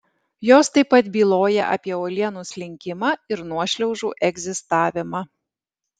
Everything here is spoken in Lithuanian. jos taip pat byloja apie uolienų slinkimą ir nuošliaužų egzistavimą